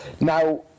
now